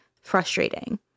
frustrating